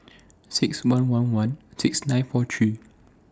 six one one one six nine four three